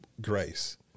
grace